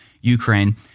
Ukraine